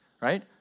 right